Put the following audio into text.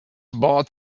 bought